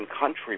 country